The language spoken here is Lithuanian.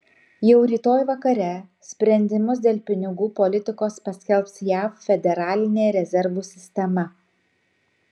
jau rytoj vakare sprendimus dėl pinigų politikos paskelbs jav federalinė rezervų sistema